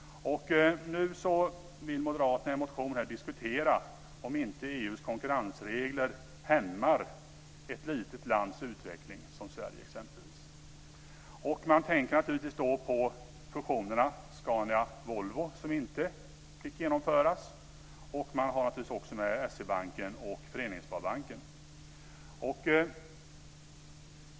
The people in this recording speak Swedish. Nu vill moderaterna i en motion diskutera om inte EU:s konkurrensregler hämmar ett litet lands utveckling, exempelvis Sveriges. Man tänker naturligtvis på fusionen Scania-Volvo, som inte fick genomföras, och man tänker naturligtvis också på SE-banken och Föreningssparbanken.